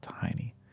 tiny